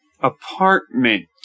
apartment